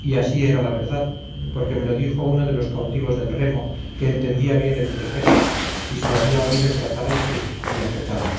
y así era la verdad porque me lo dijo uno de los cautivos del remo que entendía bien el turquesco y se lo había oído tratar a yzuf y a fetala